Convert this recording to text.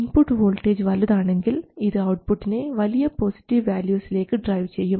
input voltage വലുതാണെങ്കിൽ ഇത് ഔട്ട്പുട്ടിനെ വലിയ പോസിറ്റീവ് വാല്യൂസിലേക്ക് ഡ്രൈവ് ചെയ്യും